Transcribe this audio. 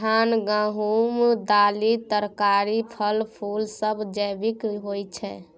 धान, गहूम, दालि, तरकारी, फल, फुल सब जैविक होई छै